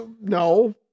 No